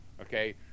Okay